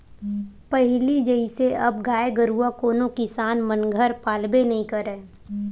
पहिली जइसे अब गाय गरुवा कोनो किसान मन घर पालबे नइ करय